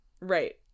right